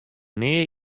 nea